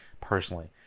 personally